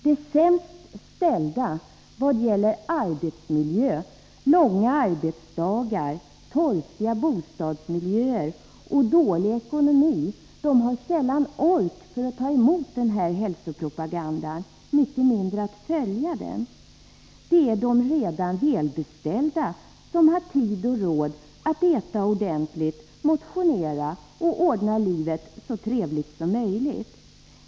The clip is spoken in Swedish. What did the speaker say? De sämst ställda vad gäller arbetsmiljö, långa arbetsdagar, torftiga bostadsmiljöer och dålig ekonomi har sällan ork för att ta emot den här hälsopropagandan, än mindre följa den. Det är de redan välbeställda som har tid och råd att äta ordentligt, motionera och ordna livet så trevligt som möjligt.